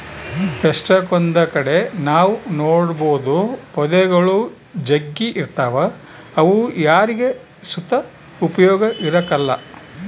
ಎಷ್ಟಕೊಂದ್ ಕಡೆ ನಾವ್ ನೋಡ್ಬೋದು ಪೊದೆಗುಳು ಜಗ್ಗಿ ಇರ್ತಾವ ಅವು ಯಾರಿಗ್ ಸುತ ಉಪಯೋಗ ಇರಕಲ್ಲ